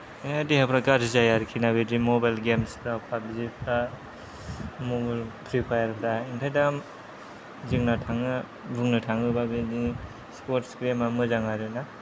देहाफ्रा गाज्रि जायो आरोखिना बेबादि मबाइल गेमस्फ्रा फाबजिफ्रा मबाइल फ्रिफायारफ्रा ओमफ्राय दा जोंना थाङो बुंनो थाङोब्ला बेबादिनो स्पर्ट्स गेमा मोजां आरोना